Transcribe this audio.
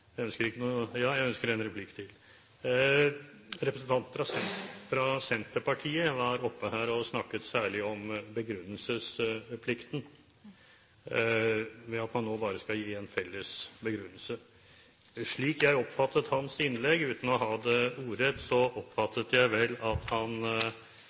Jeg mener helt klart det er at du kan få kjent kontrakter ugyldig. Representanten Sande fra Senterpartiet var her oppe og snakket særlig om begrunnelsesplikten – at man nå bare skal gi en felles begrunnelse. Slik jeg oppfattet hans innlegg – uten å ha det ordrett – så var det vel at han